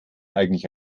eigentlich